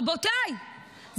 רבותיי,